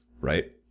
right